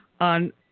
on